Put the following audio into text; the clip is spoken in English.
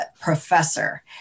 professor